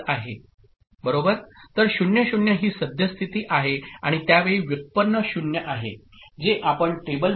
तर 0 0 ही सद्य स्थिती आहे आणि त्या वेळी व्युत्पन्न 0 आहे जे आपण टेबलमध्ये पाहिले आहे